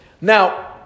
Now